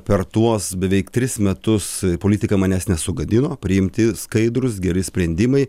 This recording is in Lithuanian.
per tuos beveik tris metus politika manęs nesugadino priimti skaidrūs geri sprendimai